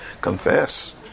Confess